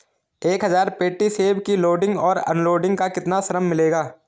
एक हज़ार पेटी सेब की लोडिंग और अनलोडिंग का कितना श्रम मिलेगा?